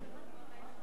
לא זכור לי